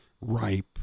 ripe